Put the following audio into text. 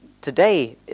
today